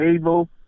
able